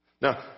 Now